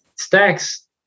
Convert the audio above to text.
Stacks